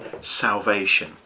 salvation